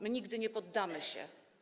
My nigdy nie poddamy się!